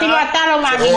אפילו אתה לא מאמין לזה.